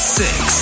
six